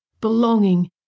belonging